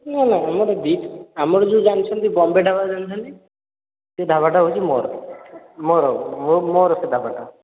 ନା ନା ଆମର ଦୁଇଟା ଆମର ଯେଉଁ ଜାଣିଛନ୍ତି ବମ୍ବେ ଢାବା ଜାଣିଛନ୍ତି ସେ ଢାବାଟା ହେଉଛି ମୋର ମୋର ମୋ ମୋର ସେ ଢାବାଟା